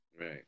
Right